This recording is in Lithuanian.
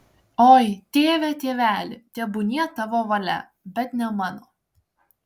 oi tėve tėveli tebūnie tavo valia bet ne mano